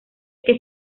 que